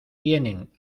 vienen